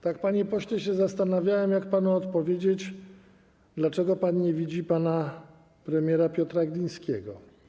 Tak, panie pośle, się zastanawiałem, jak panu odpowiedzieć na pytanie, dlaczego pan nie widzi pana premiera Piotra Glińskiego.